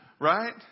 right